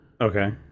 Okay